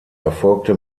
erfolgte